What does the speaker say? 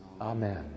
Amen